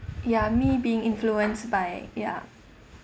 ya me being influenced by ya